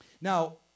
Now